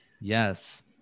Yes